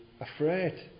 afraid